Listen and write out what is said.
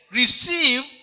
receive